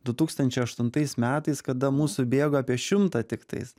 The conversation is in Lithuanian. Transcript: du tūkstančiai aštuntais metais kada mūsų bėgo apie šimtą tiktais